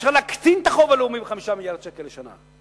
אפשר להקטין את החוב הלאומי ב-5 מיליארדי שקלים לשנה.